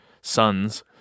sons